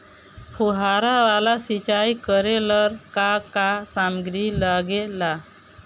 फ़ुहारा वाला सिचाई करे लर का का समाग्री लागे ला?